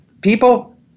people